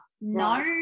No